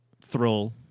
thrill